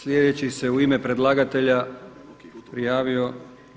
Sljedeći se u ime predlagatelja prijavio